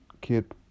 kid